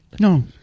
No